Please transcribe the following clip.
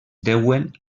deuen